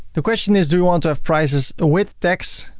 the question is do you want to have prices with tax?